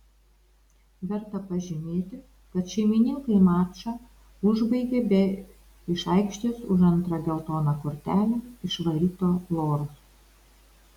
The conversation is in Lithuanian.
verta pažymėti kad šeimininkai mačą užbaigė be iš aikštės už antrą geltoną kortelę išvaryto loros